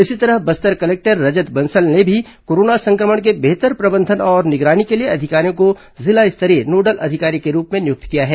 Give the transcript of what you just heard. इसी तरह बस्तर कलेक्टर रजत बंसल ने भी कोरोना संक्रमण के बेहतर प्रबंधन और निगरानी के लिए अधिकारियों को जिला स्तरीय नोडल अधिकारी के रूप में नियुक्त किया है